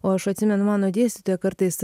o aš atsimenu mano dėstytoja kartais